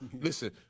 listen